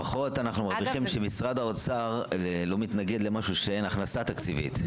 לפחות אנו מרוויחים שמשרד האוצר לא מתנגד למשהו שאין הכנסה תקציבית.